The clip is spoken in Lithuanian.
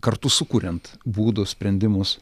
kartu sukuriant būdus sprendimus